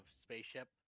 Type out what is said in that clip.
spaceship